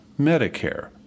Medicare